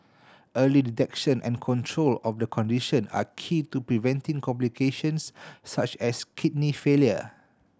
early detection and control of the condition are key to preventing complications such as kidney failure